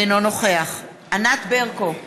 אינו נוכח ענת ברקו,